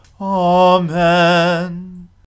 Amen